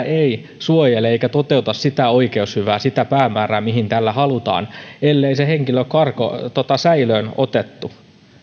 ei suojele eikä toteuta sitä oikeushyvää sitä päämäärää mihin tällä halutaan ellei se henkilö ole säilöön otettu